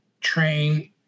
train